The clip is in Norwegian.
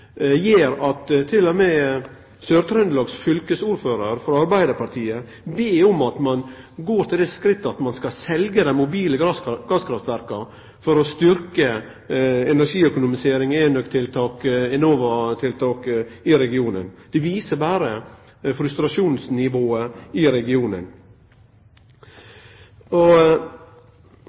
ein går til det skrittet å selje dei mobile gasskraftverka for å styrkje energiøkonomisering, enøktiltak og Enova-tiltak i regionen. Det viser berre frustrasjonsnivået i regionen.